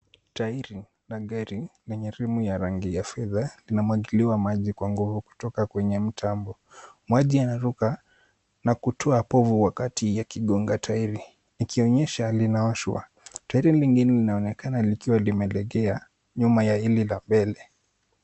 Tairi la gari lenye rumu ya rangi ya fedha linamwagiliwa maji kwa nguvu kutoka kwenye mtambo. maji yanaruka na kutoa povu wakati yakigonga tairi yakionyesha linaoshwa tairi lenyewe linaonekana likiwa limelegea nyuma ya hili la mbele.